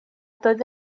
doedd